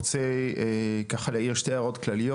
רק אומר שתי הערות כלליות.